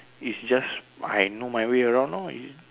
is just I know my way around lor is